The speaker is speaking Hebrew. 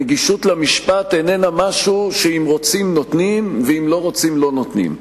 הנגישות למשפט איננה משהו שאם רוצים נותנים ואם לא רוצים לא נותנים.